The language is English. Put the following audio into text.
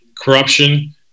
corruption